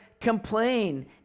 complain